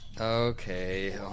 Okay